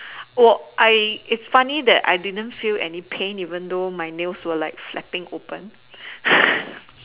oh I it's funny that I didn't feel any pain even though my nails were like flipping open